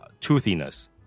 Toothiness